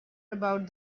about